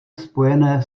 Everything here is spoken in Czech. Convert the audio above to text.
spojené